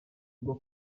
bwo